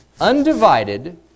Undivided